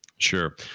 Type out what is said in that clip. Sure